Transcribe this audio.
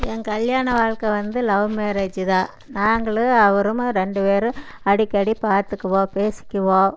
என் கல்யாண வாழ்க்கை வந்து லவ் மேரேஜி தான் நாங்களும் அவருமே ரெண்டு பேரும் அடிக்கடி பார்த்துக்குவோம் பேசிக்குவோம்